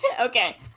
Okay